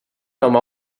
nom